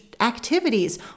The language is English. activities